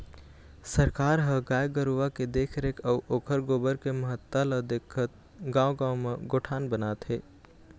सरकार ह गाय गरुवा के देखरेख अउ ओखर गोबर के महत्ता ल देखत गाँव गाँव म गोठान बनात हे